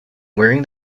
wearing